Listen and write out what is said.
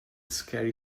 scary